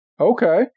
okay